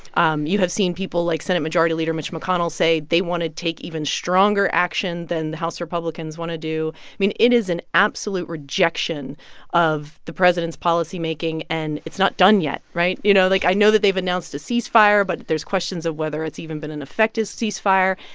um you have seen people like senate majority leader mitch mcconnell say they want to take even stronger action than the house republicans want to do. i mean, it is an absolute rejection of the president's policymaking, and it's not done yet, right? you know, like, i know that they've announced a cease-fire, but there's questions of whether it's even been an effective cease-fire.